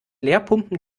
leerpumpen